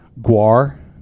Guar